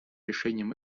решением